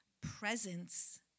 Presence